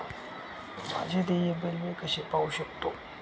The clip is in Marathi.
माझे देय बिल मी कसे पाहू शकतो?